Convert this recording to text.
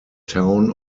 town